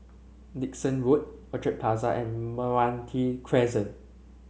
Dickson Road Orchard Plaza and Meranti Crescent